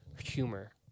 humor